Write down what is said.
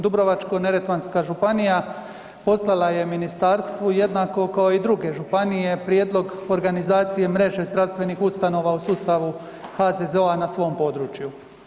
Dubrovačko-neretvanska županija poslala je ministarstvu, jednako kao i druge županije prijedlog organizacije mreže zdravstvenih ustanova u sustavu HZZO-a na svom području.